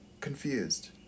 confused